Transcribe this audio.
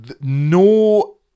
no